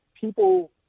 people